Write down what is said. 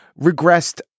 regressed